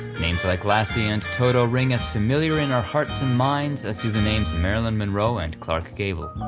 names like lassie and toto ring as familiar in our hearts and minds as do the name's marilyn monroe and clark gable.